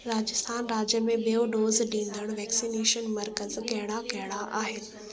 राजस्थान राज्य में ॿियों डोज ॾींदड़ वैक्सीनेशन मर्कज़ कहिड़ा कहिड़ा आहिनि